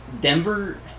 Denver